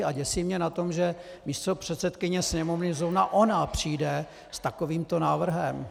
A děsí mě na tom, že místopředsedkyně Sněmovny zrovna ona přijde s takovýmto návrhem!